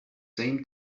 same